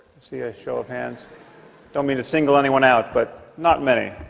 see a show of hands don't mean to single anyone out, but not many